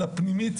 אלא פנימית,